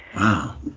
Wow